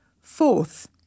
Fourth